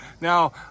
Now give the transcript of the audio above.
Now